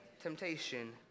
temptation